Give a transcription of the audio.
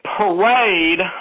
parade